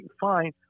fine